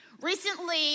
Recently